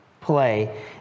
play